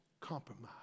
compromise